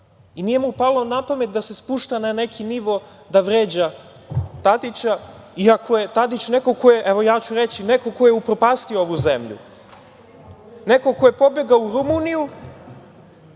i nije mu palo napamet da se spušta na neki nivo da vređa Tadića, iako je Tadić neko ko je, evo ja ću reći, upropastio ovu zemlju, neko ko je pobegao u Rumuniju